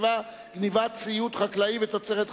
97) (גנבת ציוד חקלאי ותוצרת חקלאית).